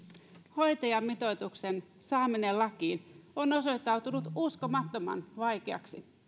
hoitajamitoituksen saaminen lakiin on osoittautunut uskomattoman vaikeaksi